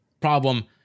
problem